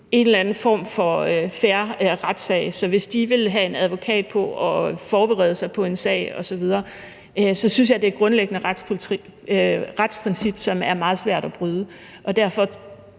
en eller anden form for fair retssag, så hvis de vil have en advokat på og vil forberede sig på en sag osv., synes jeg, det er et grundlæggende retsprincip, som er meget svært at bryde. Derfor